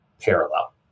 parallel